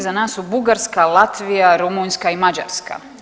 Iza nas su Bugarska, Latvija, Rumunjska i Mađarska.